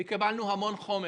וקיבלנו המון חומר